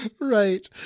Right